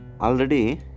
already